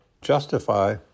justify